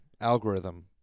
Algorithm